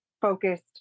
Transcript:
focused